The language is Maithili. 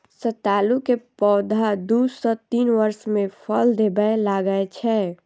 सतालू के पौधा दू सं तीन वर्ष मे फल देबय लागै छै